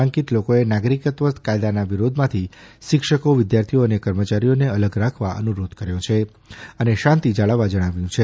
દરમિયાન નામાંકિત લોકોએ નાગરિકત્વ કાયદાના વિરોધમાંથી શિક્ષકો વિદ્યાર્થીઓ અને કર્મચારીઓને અલગ રાખવા અનુરોધ કર્યો છે અને શાંતિ જાળવવા જણાવ્યું છે